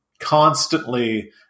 constantly